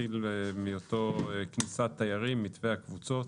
נתחיל מנושא כניסת תיירים, מתווה הקבוצות.